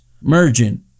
merging